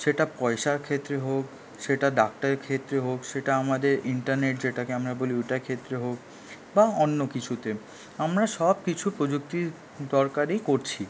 সেটা পয়সার ক্ষেত্রে হোক সেটা ডাক্তারের ক্ষেত্রে হোক সেটা আমাদের ইন্টারনেট যেটাকে আমরা বলি ওটার ক্ষেত্রে হোক বা অন্য কিছুতে আমরা সব কিছু প্রযুক্তির দরকারেই করছি